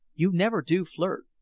you never do flirt.